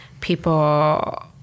people